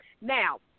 Now